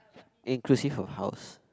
inclusive of house